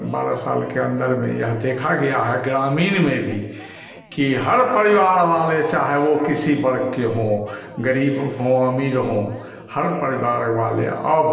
बारह साल के अंदर में यह देखा गया है ग्रामीण में भी कि हर परिवार वाले चाहे वो किसी वर्ग के हों गरीब हों अमीर हों हर परिवार वाले अब